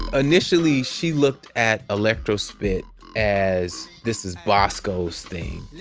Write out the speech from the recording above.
initially, she looked at electrospit as this is bosco's thing.